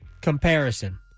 comparison